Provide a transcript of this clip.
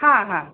हा हा